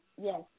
yes